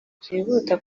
byihuta